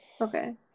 Okay